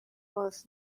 was